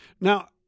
Now